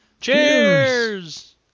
Cheers